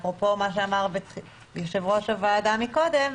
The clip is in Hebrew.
אפרופו מה שאמר יושב ראש הוועדה מקודם,